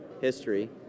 history